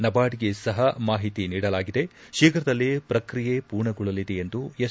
ನಬಾರ್ಡ್ಗೆ ಸಹ ಮಾಹಿತಿ ನೀಡಲಾಗಿದೆ ತೀಫ್ರದಲ್ಲೇ ಪ್ರಕ್ರಿಯೆ ಪೂರ್ಣಗೊಳ್ಳಲಿದೆ ಎಂದು ಎಸ್